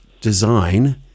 Design